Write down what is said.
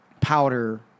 powder